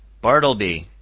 bartleby,